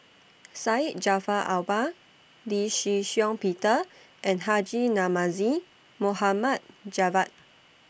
Syed Jaafar Albar Lee Shih Shiong Peter and Haji Namazie Mohamad Javad